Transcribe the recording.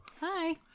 hi